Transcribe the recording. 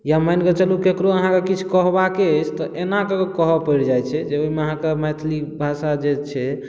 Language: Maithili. या मानि कऽ चलू केकरो अहाँके किछु कहबाके अछि तऽ एना कऽ कऽ कहऽ पड़ि जाइ छै जे ओहि मे अहाँके मैथिली भाषा जे छै